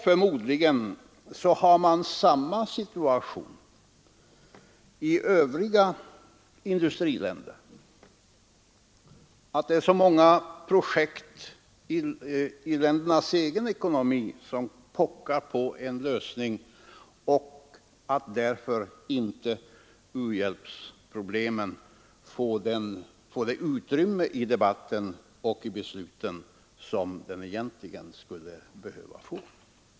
Förmodligen är situationen densamma i övriga i-länder, att så många projekt inom det egna landet pockar på en lösning att u-hjälpsproblematiken inte får det utrymme i debatten och i besluten som den egentligen skulle behöva få.